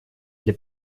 для